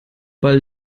ball